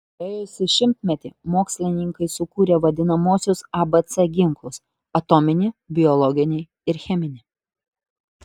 praėjusį šimtmetį mokslininkai sukūrė vadinamuosius abc ginklus atominį biologinį ir cheminį